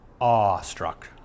awestruck